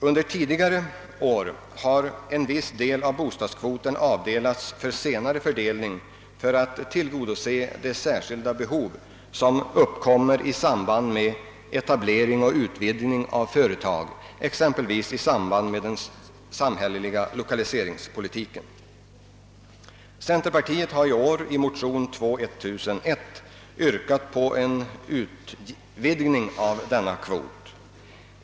Under tidigare år har en viss del av byggnadskvoten avdelats för senare fördelning för att tillgodose de särskilda behov som uppkommer i samband med etablering och utvidgning av företag, t.ex. i samband med den samhälleliga lokaliseringspolitiken. Centerpartiet har i år i motion nr II: 1001 yrkat på en utvidgning av denna kvot.